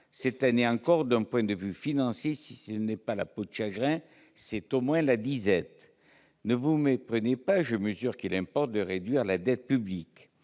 cette année encore, si ce n'est pas la peau de chagrin, c'est au moins la disette. Ne vous méprenez pas : je mesure qu'il importe de réduire la dette publique.